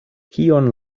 kion